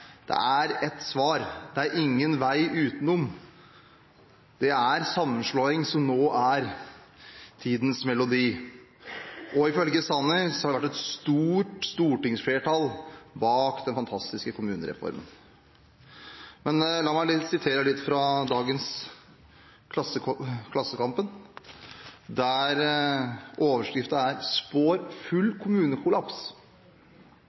Det er ett svar, det er ingen vei utenom. Det er sammenslåing som er tidens melodi. Ifølge Sanner har det vært et stort stortingsflertall bak den fantastiske kommunereformen. Men la meg sitere litt fra dagens Klassekampen, der overskriften er: «Spår full kommunekollaps.»